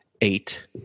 eight